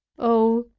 oh,